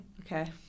Okay